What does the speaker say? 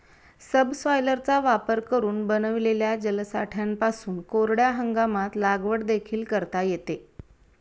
सबसॉयलरचा वापर करून बनविलेल्या जलसाठ्यांपासून कोरड्या हंगामात लागवड देखील करता येते